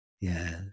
Yes